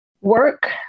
Work